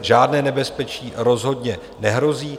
Žádné nebezpečí rozhodně nehrozí.